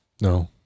No